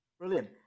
Brilliant